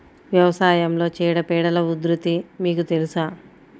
వ్యవసాయంలో చీడపీడల ఉధృతి మీకు తెలుసా?